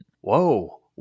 Whoa